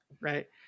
right